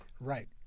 right